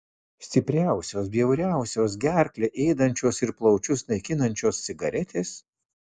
stipriausios bjauriausios gerklę ėdančios ir plaučius naikinančios cigaretės